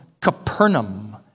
Capernaum